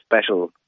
special